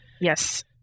Yes